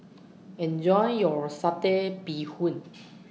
Enjoy your Satay Bee Hoon